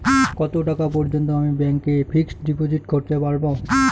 কত টাকা পর্যন্ত আমি ব্যাংক এ ফিক্সড ডিপোজিট করতে পারবো?